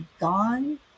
gone